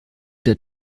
der